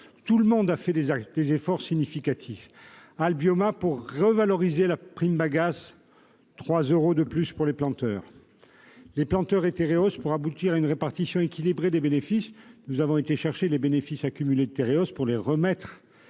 Tout le monde a fait des efforts significatifs : Albioma pour revaloriser la prime bagasse- 3 euros de plus pour les planteurs -, les planteurs et Tereos pour aboutir à une répartition équilibrée des bénéfices- nous sommes allés chercher les bénéfices accumulés par Tereos pour les remettre